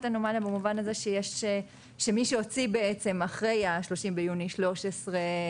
אנומליה במובן הזה שמי שהוציא אחרי ה-30 ביוני 2013,